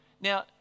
Now